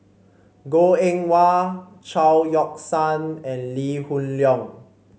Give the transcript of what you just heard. Goh Eng Wah Chao Yoke San and Lee Hoon Leong